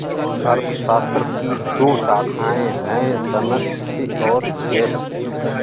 अर्थशास्त्र की दो शाखाए है समष्टि और व्यष्टि